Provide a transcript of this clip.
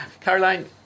Caroline